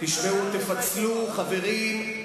תשמעו, תפצלו, חברים.